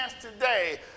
today